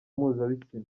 mpuzabitsina